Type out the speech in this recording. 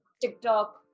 TikTok